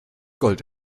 gold